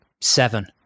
seven